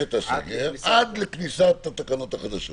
את הסגר עד לכניסת התקנות החדשות.